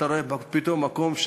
אתה רואה פתאום מקום,